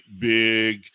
big